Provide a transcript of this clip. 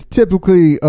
typically